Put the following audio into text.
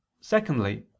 Secondly